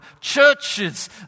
churches